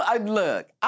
Look